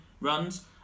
runs